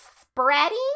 spreading